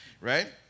Right